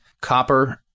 copper